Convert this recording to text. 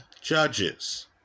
judges